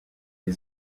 des